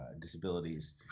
disabilities